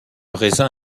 raisin